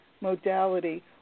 modality